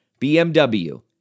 BMW